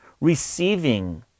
receiving